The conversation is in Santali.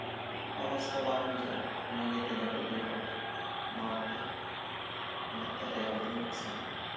ᱚᱞᱚᱥ ᱠᱚ ᱵᱟᱝ ᱵᱩᱡᱷᱟᱹᱜᱼᱟ ᱵᱷᱟᱜᱮᱛᱮ ᱡᱟᱹᱯᱤᱫ ᱦᱩᱭᱩᱜᱼᱟ ᱱᱚᱣᱟ ᱠᱚᱜᱮ ᱚᱱᱟᱛᱮ ᱨᱮᱭᱟᱲ ᱫᱤᱱᱤᱧ ᱠᱩᱥᱤᱭᱟᱜᱼᱟ